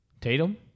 Tatum